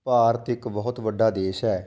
ਭਾਰਤ ਇੱਕ ਬਹੁਤ ਵੱਡਾ ਦੇਸ਼ ਹੈ